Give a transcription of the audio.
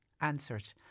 answered